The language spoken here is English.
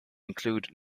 include